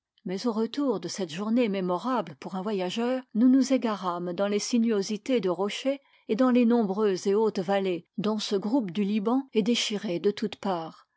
mais au retour de cette journée mémorable pour un voyageur nous nous égarâmes dans les sinuosités de rochers et dans les nombreuses et hautes vallées dont ce groupe du liban est déchiré de toutes parts